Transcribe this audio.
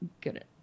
good